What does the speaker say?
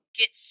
get